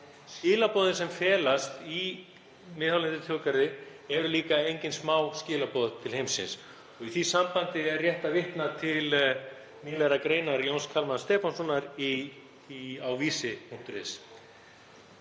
Skilaboðin sem felast í miðhálendisþjóðgarði eru líka engin smáskilaboð til heimsins. Í því sambandi er rétt að vitna til nýlegrar greinar Jóns Kalmans Stefánssonar á